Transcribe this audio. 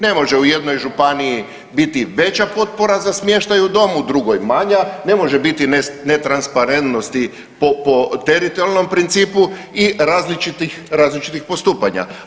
Ne može u jednoj županiji biti veća potpora za smještaj u domu, u drugoj manja, ne može biti netransparentnosti po teritorijalnom principu i različitih postupanja.